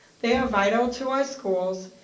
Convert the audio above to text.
they are vital to our schools,